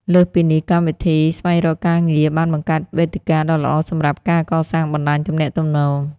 លើសពីនេះ កម្មវិធីស្វែងរកការងារបានបង្កើតវេទិកាដ៏ល្អសម្រាប់ ការកសាងបណ្តាញទំនាក់ទំនង។